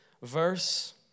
Verse